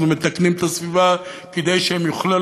אנחנו מתקנים את הסביבה כדי שהם יוכלו